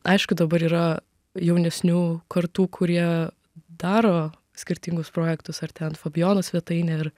aišku dabar yra jaunesnių kartų kurie daro skirtingus projektus ar ten fabijono svetainė ar